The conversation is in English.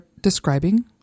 describing